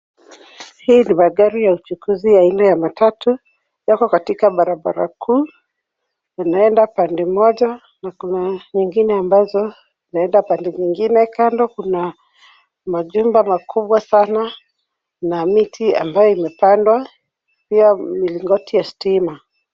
Hii ni magari ya uchukuzi aina ya matatu. Yako katika barabara kuu. Yanaenda pande moja, na kuna nyingine ambazo inaenda pande nyingine. Kando kuna, majengo makubwa sana, na miti ambayo imepandwa, pia milingoti ya stima.